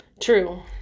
true